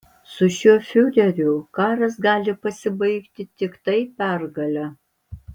su šiuo fiureriu karas gali pasibaigti tiktai pergale